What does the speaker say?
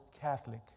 Catholic